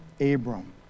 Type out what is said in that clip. Abram